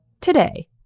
today